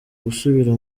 gusubira